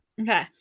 Okay